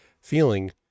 feeling